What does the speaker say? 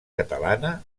catalana